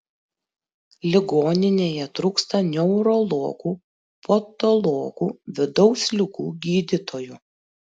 ligoninėje trūksta neurologų patologų vidaus ligų gydytojų